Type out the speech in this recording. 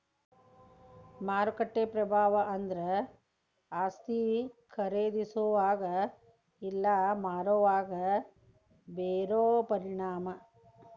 ಮಾರುಕಟ್ಟೆ ಪ್ರಭಾವ ಅಂದ್ರ ಆಸ್ತಿ ಖರೇದಿಸೋವಾಗ ಇಲ್ಲಾ ಮಾರೋವಾಗ ಬೇರೋ ಪರಿಣಾಮ